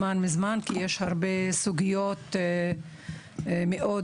כי יש הרבה סוגיות מאוד